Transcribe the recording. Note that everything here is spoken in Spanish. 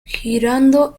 girando